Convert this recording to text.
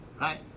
Right